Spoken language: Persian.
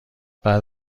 بعد